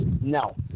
No